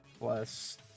plus